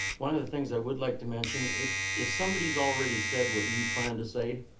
one of the things i would like to mention, if if somebody's already said what you planned to say,